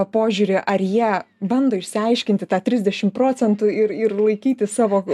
požiūrį ar jie bando išsiaiškinti tą trisdešimt procentų ir ir laikyti savo